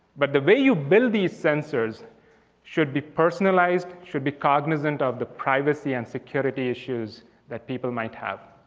but the way you build these sensors should be personalized, should be cognizant of the privacy and security issues that people might have.